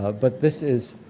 ah but this is,